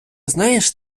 знаєш